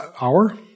hour